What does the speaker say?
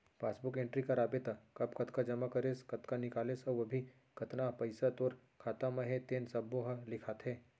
passbook entry कराबे त कब कतका जमा करेस, कतका निकालेस अउ अभी कतना पइसा तोर खाता म हे तेन सब्बो ह लिखाथे